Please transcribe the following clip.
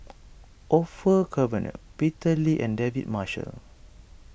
Orfeur Cavenagh Peter Lee and David Marshall